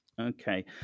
Okay